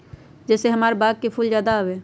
जे से हमार बाग में फुल ज्यादा आवे?